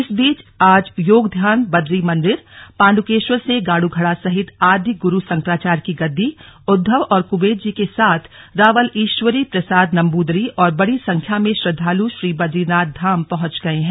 इस बीच आज योगध्यान बदरी मंदिर पांडुकेश्वर से गाडू घड़ा सहित आदि गुरू शंकराचार्य की गद्दी उद्धव और कुंबेर जी के साथ रावल ईश्वरी प्रसाद नंबूदरी और बड़ी संख्या में श्रद्वाल् श्री बदरीनाथ धाम पहुंच गए हैं